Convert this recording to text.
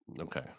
Okay